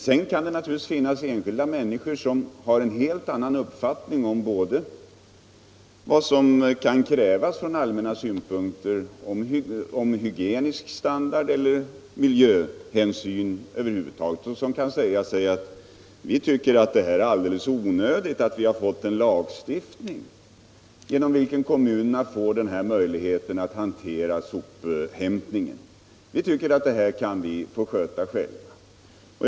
Sedan kan det naturligtvis finnas enskilda människor som har en helt annan uppfattning om vad som kan krävas från allmänna synpunkter i fråga om hygienisk standard eller miljöhänsyn över huvud taget. De kan tycka att det är alldeles onödigt att vi har fått en lagstiftning, genom vilken kommunerna får den här möjligheten att hantera sophämtningen. De tycker att det här kan de få sköta själva.